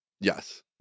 Yes